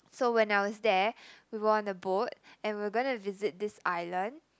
so when I was there we were on a boat and we're gonna visit this island